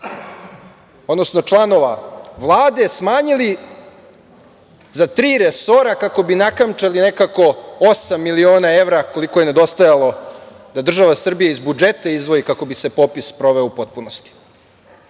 odnosno članova Vlade, smanjili za tri resora kako bi nakamčali nekako osam miliona evra koliko je nedostajalo da država Srbija iz budžeta izdvoji kako bi se popis sproveo u potpunosti. Dakle,